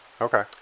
Okay